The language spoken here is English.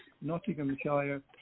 Nottinghamshire